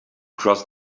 cross